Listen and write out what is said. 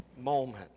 moment